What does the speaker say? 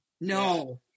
no